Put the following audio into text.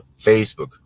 Facebook